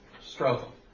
struggle